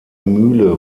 mühle